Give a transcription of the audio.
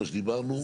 מה שדיברנו?